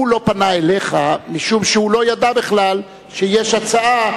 הוא לא פנה אליך משום שהוא לא ידע בכלל שיש הצעה.